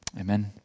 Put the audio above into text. Amen